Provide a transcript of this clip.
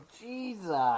Jesus